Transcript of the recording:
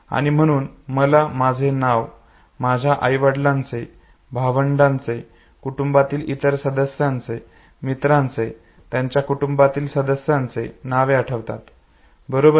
आणि म्हणून मला माझे नाव माझ्या आईवडिलांचे भावंडांचे कुटुंबातील इतर सदस्यांचे मित्रांचे त्यांच्या कुटुंबातील सदस्यांची नावे आठवतात बरोबर